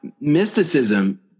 mysticism